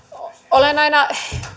olen aina